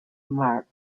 mark